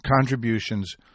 contributions